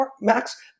Max